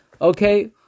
Okay